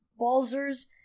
Balzers